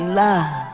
love